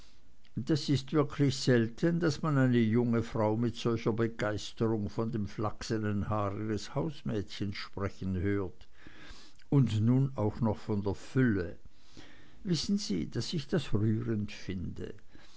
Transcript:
das ist wirklich selten daß man eine junge frau mit solcher begeisterung von dem flachsenen haar ihres hausmädchens sprechen hört und nun auch noch von der fülle wissen sie daß ich das rührend finde